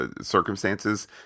circumstances